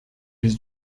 his